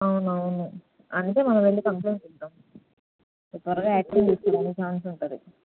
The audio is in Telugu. అవునవును అందుకే మనము వెళ్ళి కంప్లెయింట్ ఇద్దాము కొంచెం త్వరగా యాక్షన్ తీసుకోవడానికి ఛాన్సు ఉంటుంది